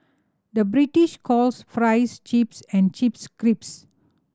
the British calls fries chips and chips crisps